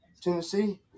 Tennessee